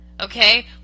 okay